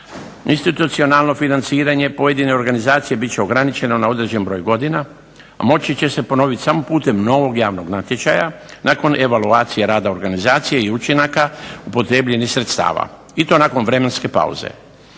Institucionalno financiranje pojedine organizacije bit će ograničeno na određen broj godina, a moći će se ponoviti samo putem novog javnog natječaja nakon evaluacije rada organizacije i učinaka upotrijebljenih sredstava i to nakon vremenske pauze.